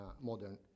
modern